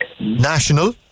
National